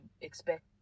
expect